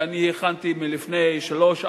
שהכנתי לפני שלוש,